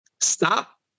stop